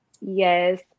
Yes